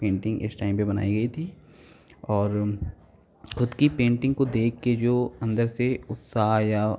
painting इस time पे बनाई गई थी और खुद की पेन्टिंग को देख के जो अंदर से उत्साह या